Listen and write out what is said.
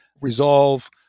resolve